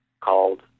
called